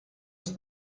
als